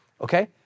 okay